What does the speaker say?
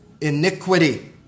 Iniquity